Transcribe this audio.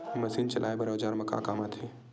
Machine चलाए बर औजार का काम आथे?